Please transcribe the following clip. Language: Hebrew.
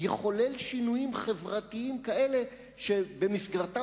יחולל שינויים חברתיים כאלה שבמסגרתם